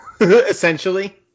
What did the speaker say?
essentially